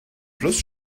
plus